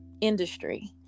industry